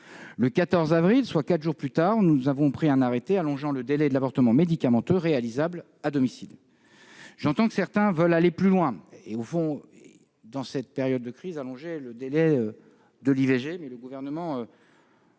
Le 14 avril, soit quatre jours plus tard, nous avons pris un arrêté allongeant le délai de l'avortement médicamenteux réalisable à domicile. J'entends que certains veulent aller plus loin dans cette période de crise et allonger le délai de l'IVG, mais le Gouvernement